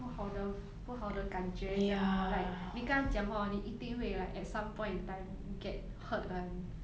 不好的不好的感觉这样 lor like 你跟他讲话 hor 你一定会 like at some point in time get hurt [one]